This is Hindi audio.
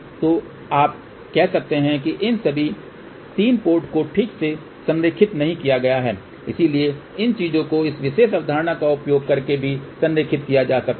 तो आप कह सकते हैं कि इन सभी 3 पोर्ट को ठीक से संरेखित नहीं किया गया है इसलिए इन चीजों को इस विशेष अवधारणा का उपयोग करके भी संरेखित किया जा सकता है